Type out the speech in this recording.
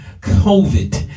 covid